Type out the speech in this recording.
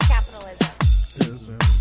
Capitalism